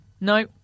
No